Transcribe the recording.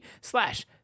slash